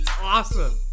awesome